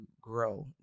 grow